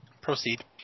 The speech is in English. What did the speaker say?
Proceed